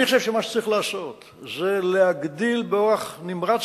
אני חושב שמה שצריך לעשות זה להגדיל באורח נמרץ